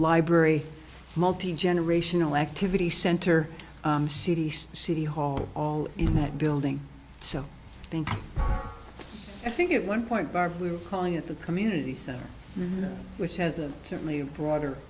library multigenerational activity center city city hall all in that building so i think i think it one point barb we're calling it the community center which has a certainly a broader